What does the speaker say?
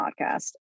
podcast